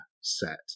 set